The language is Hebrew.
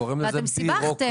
ואתם סיבכתם.